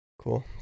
cool